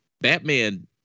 Batman